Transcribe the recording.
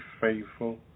faithful